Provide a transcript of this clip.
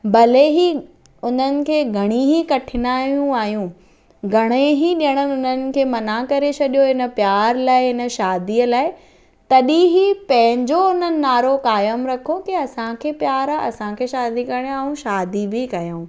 भले ई उन खे घणी ई कठनाइयूं आहियूं घणे ई ॼणनि उन्हनि खे मना करे छॾियो हिन प्यार लाइ हिन शादीअ लाइ तॾहिं ई पंहिंजो उन्हनि नारो क़ाइमु रखो की असांखे प्यारु आहे असांखे शादी करणी आहे ऐं शादी बि कयूं